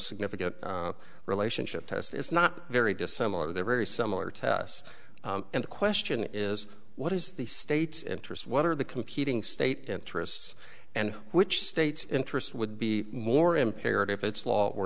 significant relationship test is not very dissimilar they're very similar tests and the question is what is the state's interest what are the competing state interests and which state's interests would be more impaired if it's law were